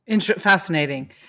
Fascinating